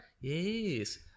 Yes